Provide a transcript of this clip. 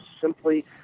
simply